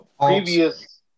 previous